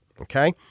okay